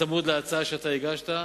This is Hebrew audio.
צמוד להצעה שהגשת.